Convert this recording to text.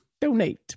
donate